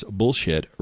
bullshit